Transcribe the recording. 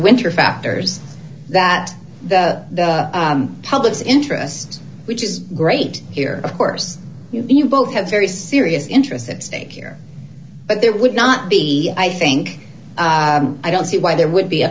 winter factors that the public's interest which is great here of course you both have very serious interests at stake here but there would not be i think i don't see why there would be a